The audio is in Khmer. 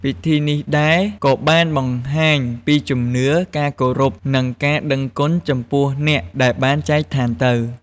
ពិធីនេះដែរក៏បានបង្ហាញពីជំនឿ ការគោរព និងការដឹងគុណចំពោះអ្នកដែលបានចែកឋានទៅ។